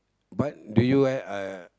but do you ever uh